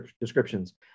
descriptions